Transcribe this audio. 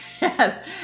Yes